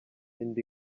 indi